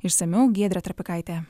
išsamiau giedrė trapikaitė